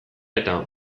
eta